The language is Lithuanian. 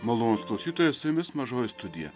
malonūs klausytojai su jumis mažoji studija